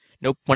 Nope